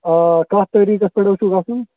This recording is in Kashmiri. آ کَتھ تٲریٖخس پٮ۪ٹھ اوسوٕ گژھُن